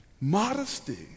modesty